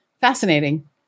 fascinating